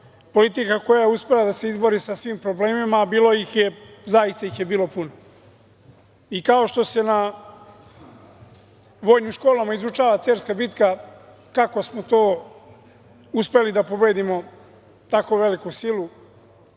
politika koja je uspela da se izbori sa svim problemima, a zaista ih je bilo puno. Kao što se na vojnim školama izučava Cerska bitka, kako smo to uspeli da pobedimo tako veliku silu,